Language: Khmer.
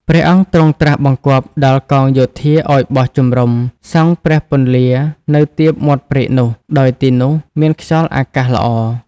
ព្រះអង្គទ្រង់ត្រាស់បង្គាប់ដល់កងយោធាឲ្យបោះជំរំុ សង់ព្រះពន្លានៅទៀបមាត់ព្រែកនោះ ដោយទីនោះមានខ្យល់អាកាសល្អ ។